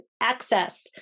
access